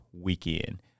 weekend